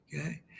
Okay